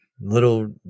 little